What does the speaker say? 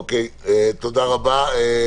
תודה רבה.